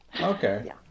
okay